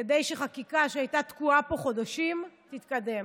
כדי שחקיקה שהייתה תקועה פה חודשים תתקדם.